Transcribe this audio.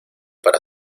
para